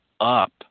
up